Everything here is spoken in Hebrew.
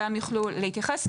אולי הם יוכלו להתייחס,